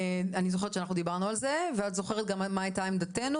אני זוכרת שאנחנו דיברנו על זה ואת זוכרת גם על מה הייתה עמדתינו